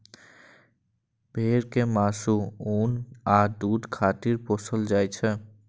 भेड़ कें मासु, ऊन आ दूध खातिर पोसल जाइ छै